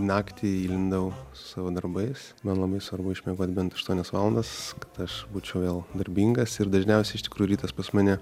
naktį įlindau su savo darbais man labai svarbu išmiegoti bent aštuonias valandas kad aš būčiau vėl darbingas ir dažniausiai iš tikrųjų rytas pas mane